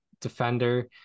defender